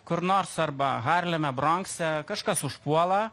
kur nors arba harleme bronkse kažkas užpuola